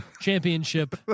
championship